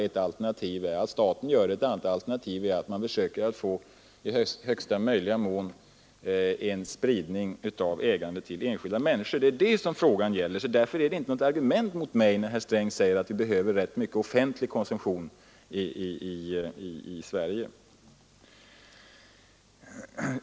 Ett alternativ är att staten äger dem; ett andra alternativ är att man försöker få största möjliga spridning av ägandet till enskilda människor. Det är det frågan gäller, och därför är det inte för dagen något argument mot mig när herr Sträng säger att vi behöver en omfattande offentlig konsumtion i Sverige.